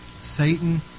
Satan